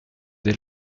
des